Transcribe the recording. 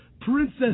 Princess